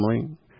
family